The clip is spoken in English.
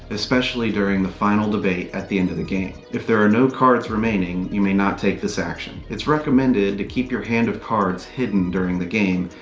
especially during the final debate at the end of the game. if there are no cards remaining, you may not take this action. it's recommended to keep your hand of cards hidden during the game,